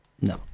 No